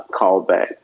callback